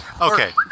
Okay